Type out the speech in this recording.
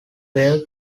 were